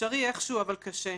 אפשרי איכשהו, אבל קשה.